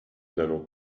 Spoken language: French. n’allons